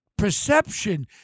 Perception